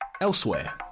Elsewhere